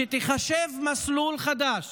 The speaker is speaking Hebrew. שתחשב מסלול חדש